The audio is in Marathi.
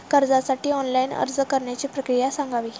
कर्जासाठी ऑनलाइन अर्ज करण्याची प्रक्रिया सांगावी